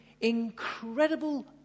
incredible